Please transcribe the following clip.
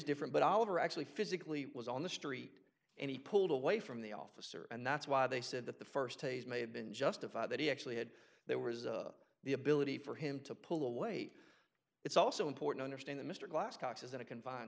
different but oliver actually physically was on the street and he pulled away from the officer and that's why they said that the first days may have been justified that he actually had there was the ability for him to pull the weight it's also important understand the mr glass cox's in a confined